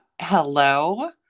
hello